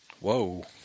Whoa